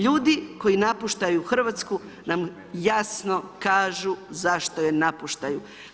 Ljudi koji napuštaju Hrvatsku nam jasno kažu zašto je napuštajmo.